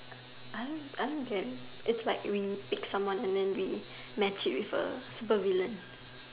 I don't I don't get it it's like when you take someone and then we match it with a super villain